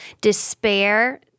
despair